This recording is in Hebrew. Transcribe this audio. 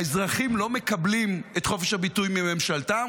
האזרחים לא מקבלים את חופש הביטוי מממשלתם,